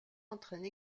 entraîne